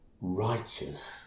righteous